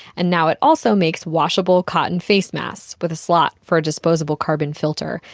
and now, it also makes washable cotton face masks, with a slot for a disposable carbon filter.